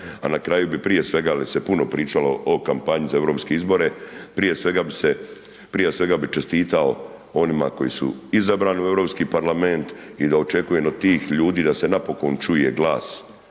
a na kraju bi prije svega jer se puno pričalo o kampanji za europske izbore, prije svega bi čestitao onima koji su izabrani u Europski parlament i da očekujem od tih ljudi da se napokon čuje glas